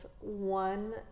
one